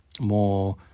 more